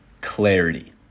clarity